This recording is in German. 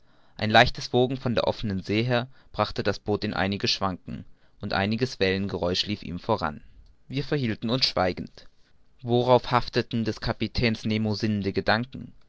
ein leichtes wogen von der offenen see her brachte das boot in einiges schwanken und einiges wellengeräusch lief ihm voran wir verhielten uns schweigend worauf hafteten des kapitäns nemo sinnende gedanken